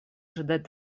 ожидать